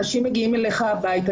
אנשים מגיעים אליך הביתה,